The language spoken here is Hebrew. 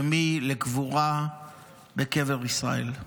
ומי לקבורה בקבר בישראל.